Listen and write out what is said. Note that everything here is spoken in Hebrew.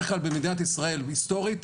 במדינת ישראל, היסטורית,